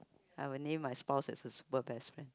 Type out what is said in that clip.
I will name my spouse as a super best friend